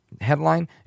Headline